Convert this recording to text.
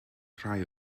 rhai